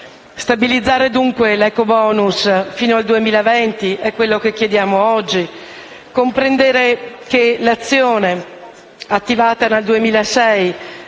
Stabilizzare, dunque, l'ecobonus fino al 2020 è quanto chiediamo oggi. Bisogna comprendere che l'azione attivata dal 2006